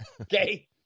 okay